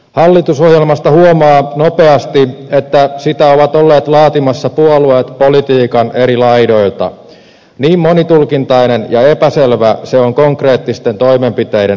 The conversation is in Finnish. hallitusohjelmasta huomaa nopeasti että sitä ovat olleet laatimassa puolueet politiikan eri laidoilta niin monitulkintainen ja epäselvä se on konkreettisten toimenpiteiden osalta